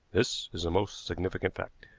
this is a most significant fact.